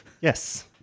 Yes